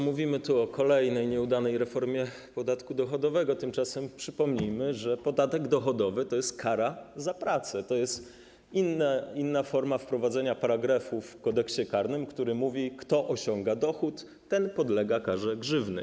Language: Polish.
Mówimy tu o kolejnej nieudanej reformie podatku dochodowego, tymczasem przypomnijmy, że podatek dochodowy to jest kara za pracę, to jest inna forma wprowadzenia paragrafu w Kodeksie karnym, który mówi: kto osiąga dochód, ten podlega karze grzywny.